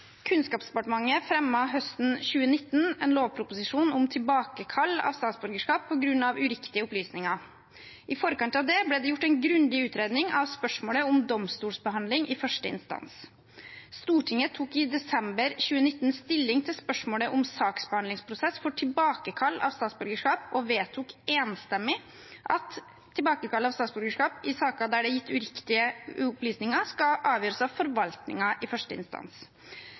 Kunnskapsdepartementet fremmet høsten 2019 en lovproposisjon om tilbakekall av statsborgerskap på grunn av uriktige opplysninger. I forkant av dette ble det gjort en grundig utredning av spørsmålet om domstolsbehandling i første instans. Stortinget tok i desember 2019 stilling til spørsmålet om saksbehandlingsprosess for tilbakekall av statsborgerskap og vedtok enstemmig at tilbakekall av statsborgerskap i saker der det er gitt uriktige opplysninger, skal avgjøres av forvaltningen i første instans.